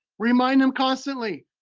remind them constantly,